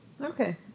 Okay